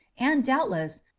and, doubtless,